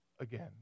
again